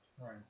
Right